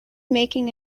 making